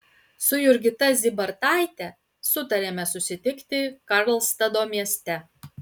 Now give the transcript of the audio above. su jurgita zybartaite sutarėme susitikti karlstado mieste